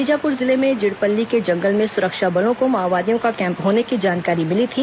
बीजापुर जिले में जिड़पल्ली के जंगल में सुरक्षा बलों को माओवादियों का कैंप होने की जानकारी मिली थी